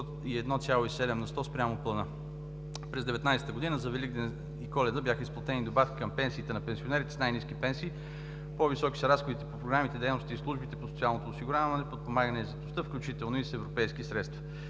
на сто спрямо плана. През 2019 г. за Великден и Коледа бяха изплатени добавки към пенсиите на пенсионерите с най-ниски пенсии, по-високи са разходите по програмите, дейностите и службите по социалното осигуряване, подпомагане и заетостта, включително и с европейски средства.